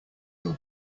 your